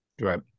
Right